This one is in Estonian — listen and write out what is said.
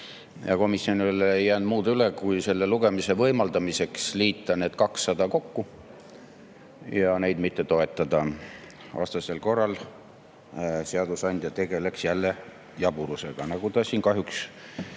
Komisjonil ei jäänud muud üle, kui selle lugemise võimaldamiseks liita need 200 kokku ja neid mitte toetada. Vastasel korral seadusandja tegeleks jälle jaburusega, nagu ta siin kahjuks